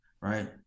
right